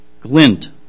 glint